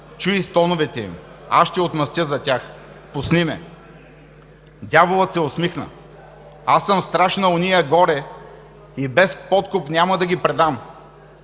чуй стоновете им! Аз ще отмъстя за тях! Пусни ме! Дяволът се усмихна: – Аз съм страж на ония горе и без подкуп няма да ги предам.